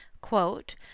quote